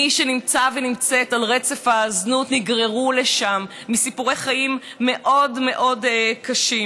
מי שנמצא ונמצאת על רצף הזנות נגררו לשם מסיפורי חיים מאוד מאוד קשים.